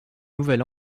nouvel